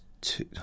two